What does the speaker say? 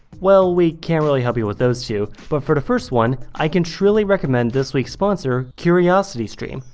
well we can't really help you with those two, but for the first one, i can truly recommend this week's sponsor, curiositystream,